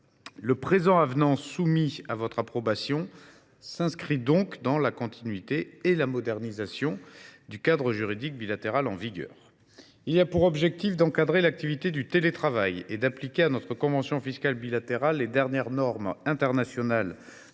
Le présent avenant soumis à votre approbation s’inscrit dans la continuité du cadre juridique bilatéral en vigueur tout en le modernisant. Il a pour objectif d’encadrer l’activité du télétravail et d’appliquer à notre convention fiscale bilatérale les dernières normes internationales